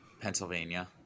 Pennsylvania